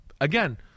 again